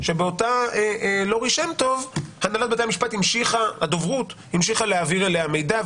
שבאותה לורי שם טוב דוברות בית המשפט המשיכה להעביר אליה מידע,